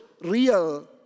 real